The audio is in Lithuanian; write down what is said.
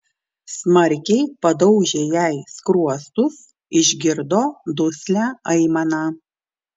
smarkiai padaužė jai skruostus išgirdo duslią aimaną